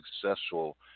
successful